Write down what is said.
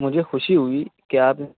مجھے خوشی ہوئی کہ آپ